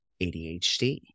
ADHD